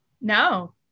No